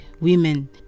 women